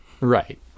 Right